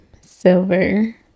silver